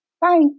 Bye